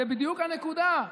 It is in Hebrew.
זו בדיוק הנקודה.